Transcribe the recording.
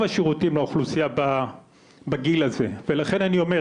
השירותים באוכלוסייה בגיל הזה ולכן אני אומר,